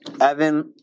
Evan